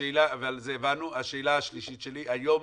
השאלה השלישית שלי, היום